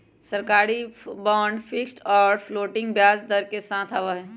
सरकारी bond fixed और floating ब्याज दर के साथ आवा हई